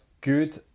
good